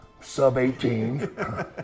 sub-18